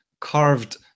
carved